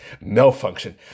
Malfunction